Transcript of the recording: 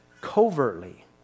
covertly